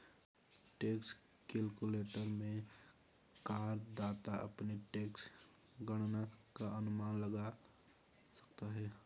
tax calculator में करदाता अपनी टैक्स गणना का अनुमान लगा सकता है